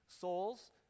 souls